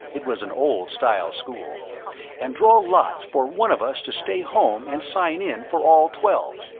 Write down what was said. it was an old-style school and draw lots for one of us to stay home and sign in for all twelve.